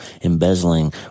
embezzling